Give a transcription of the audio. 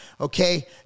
okay